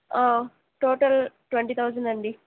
total twenty thousand అండి